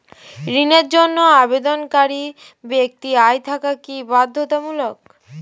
ঋণের জন্য আবেদনকারী ব্যক্তি আয় থাকা কি বাধ্যতামূলক?